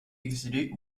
exilés